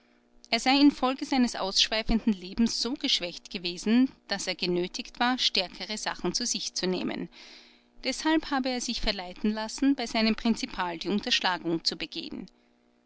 er sei infolge seines ausschweifenden lebens so geschwächt gewesen daß er genötigt war stärkende sachen zu sich zu nehmen deshalb habe er sich verleiten lassen bei seinem prinzipal die unterschlagung zu begehen